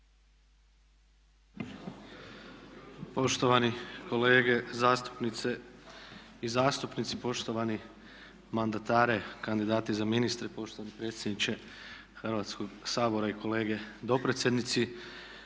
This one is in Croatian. Poštovani kolege zastupnice i zastupnici, poštovani mandatere, kandidati za ministre, poštovani predsjedniče Hrvatskoga sabora i kolege dopredsjednici.